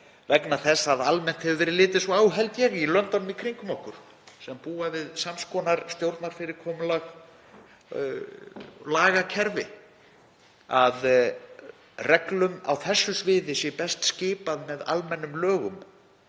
af þessu tagi. Almennt hefur verið litið svo á, held ég, í löndunum í kringum okkur sem búa við sams konar stjórnarfyrirkomulag og lagakerfi að reglum á þessu sviði sé best skipað með almennum lögum